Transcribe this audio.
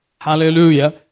Hallelujah